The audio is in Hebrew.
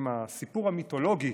בסיפור המיתולוגי